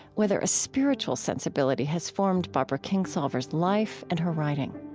whether a spiritual sensibility has formed barbara kingsolver's life and her writing